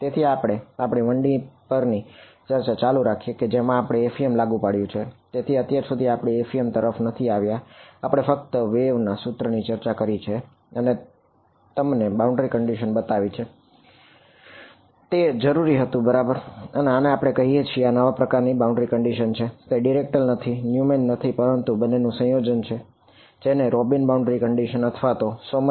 તેથી આપણે આપણી 1D પરની ચર્ચા ચાલુ રાખીએ કે જેમાં આપણે એફઈએમ હોય છે આ તે છે જે તે કહી રહ્યું છે બરાબર